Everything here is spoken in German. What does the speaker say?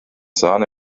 sahne